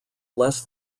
less